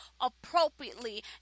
appropriately